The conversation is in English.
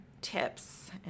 tips